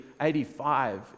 85